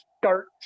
start